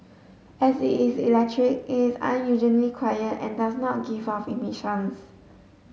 as it's electric it's unusually quiet and does not give off emissions